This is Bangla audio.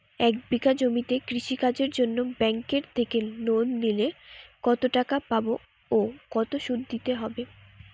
এক বিঘে জমিতে কৃষি কাজের জন্য ব্যাঙ্কের থেকে লোন নিলে কত টাকা পাবো ও কত শুধু দিতে হবে?